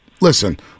Listen